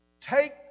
take